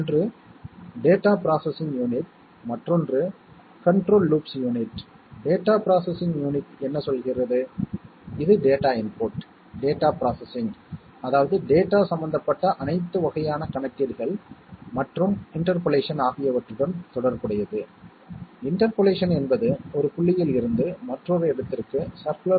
எடுத்துக்காட்டாக carry carry என்பது A AND B AND C OR A AND B AND C' OR A' AND B AND C OR A AND B' AND C நாம் இங்கு என்ன செய்கிறோம் என்றால் Boolean இயற்கணிதத்தில் A A A என்பதால் அதே மதிப்பைப் பெற நான் எந்த எண்ணையும் A உடன் கூட்ட முடியும் எனவே அதே வழியில் நான் A AND B AND C இன் எந்த எண்ணையும் இறுதி முடிவில் எந்த மாற்றமும் இல்லாமல் கூட்ட முடியும்